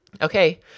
Okay